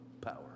power